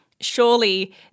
surely